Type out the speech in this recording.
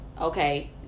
okay